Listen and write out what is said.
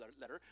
letter